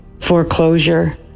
foreclosure